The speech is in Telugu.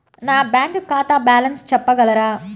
నా బ్యాంక్ ఖాతా బ్యాలెన్స్ చెప్పగలరా?